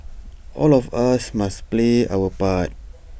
all of us must play our part